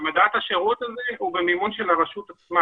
העמדת השירות הזה, היא במימון הרשות עצמה.